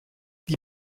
die